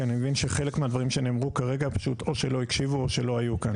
כי אני מבין שחלק מהדברים שנאמרו כרגע או שלא הקשיבו או שלא היו כאן.